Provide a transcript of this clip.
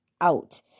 out